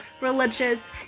religious